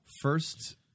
first